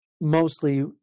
Mostly